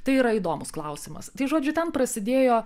tai yra įdomus klausimas tai žodžiu ten prasidėjo